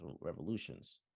Revolutions